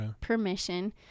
permission